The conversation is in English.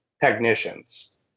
technicians